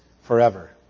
forever